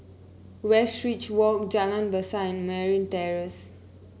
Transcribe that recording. Westridge Walk Jalan Besar and Merryn Terrace